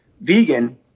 vegan